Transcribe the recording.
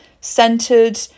centered